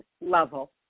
level